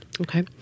Okay